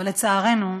ולצערנו,